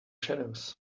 shadows